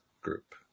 group